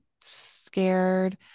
scared